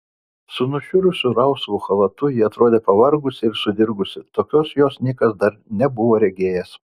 su nušiurusiu rausvu chalatu ji atrodė pavargusi ir sudirgusi tokios jos nikas dar nebuvo regėjęs